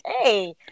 hey